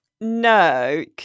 No